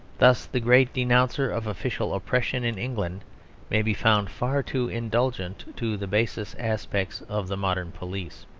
thus the great denouncer of official oppression in england may be found far too indulgent to the basest aspects of the modern police.